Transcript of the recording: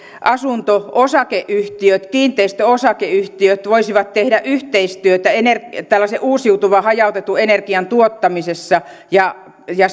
asunto osakeyhtiöt ja kiinteistöosakeyhtiöt voisivat tehdä yhteistyötä tällaisen uusiutuvan hajautetun energian tuottamisessa ja ja